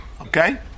Okay